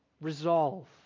resolve